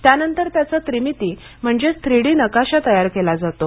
त्यानंतर त्याचा त्रिमिती म्हणजेच थ्रीडी नकाशा तयार केला जातो